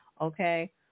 okay